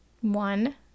One